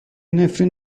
نفرین